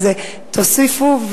אז תוסיפו.